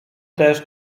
też